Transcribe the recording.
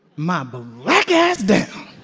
my but black ass down.